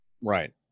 Right